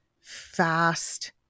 fast